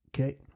Okay